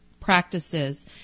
practices